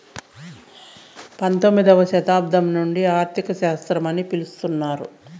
పంతొమ్మిదవ శతాబ్దం నుండి ఆర్థిక శాస్త్రం అని పిలుత్తున్నారు